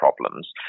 problems